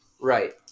right